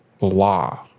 law